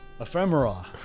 Ephemera